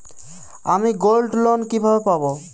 আমি গোল্ডলোন কিভাবে পাব?